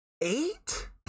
Eight